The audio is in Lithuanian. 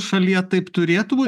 šalyje taip turėtų būt